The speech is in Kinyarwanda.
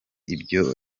ibyo